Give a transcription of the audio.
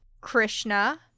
Krishna